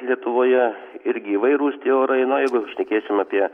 lietuvoje irgi įvairūs tie orai nuo jeigu šnekėsime apie